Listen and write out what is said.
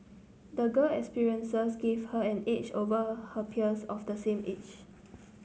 the girl experiences gave her an edge over her peers of the same age